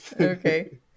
Okay